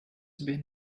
been